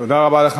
תודה רבה לך,